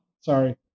sorry